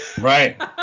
right